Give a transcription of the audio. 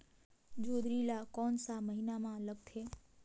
जोंदरी ला कोन सा महीन मां लगथे?